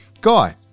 Guy